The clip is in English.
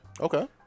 Okay